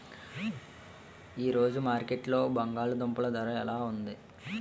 ఈ రోజు మార్కెట్లో బంగాళ దుంపలు ధర ఎలా ఉంది?